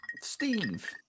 Steve